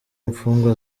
imfungwa